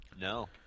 No